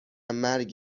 مرگ